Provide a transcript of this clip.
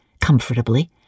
comfortably